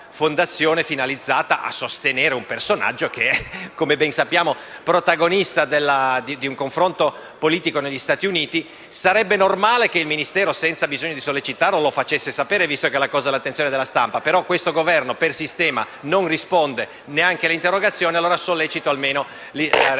fondazione finalizzata a sostenere un personaggio che, come ben sappiamo, è protagonista di un confronto politico negli Stati Uniti. Sarebbe normale che il Ministero, senza bisogno di sollecitarlo, lo facesse sapere, visto che la cosa è all'attenzione della stampa, però questo Governo, per sistema, non risponde neanche alle interrogazioni. Sollecito allora una